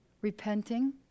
repenting